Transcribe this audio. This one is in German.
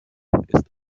ist